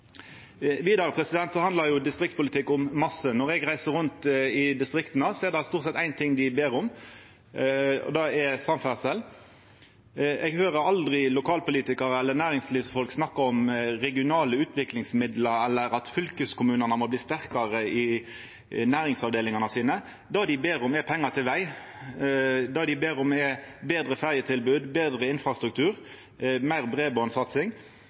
Vidare handlar distriktspolitikk om masse. Når eg reiser rundt i distrikta, er det stort sett éin ting dei ber om, og det er samferdsel. Eg høyrer aldri lokalpolitikarar eller næringslivsfolk snakka om regionale utviklingsmidlar eller at fylkeskommunane må bli sterkare i næringsavdelingane sine. Det dei ber om, er pengar til veg. Det dei ber om, er betre ferjetilbod, betre infrastruktur, meir